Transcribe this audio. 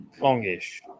Longish